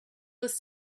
was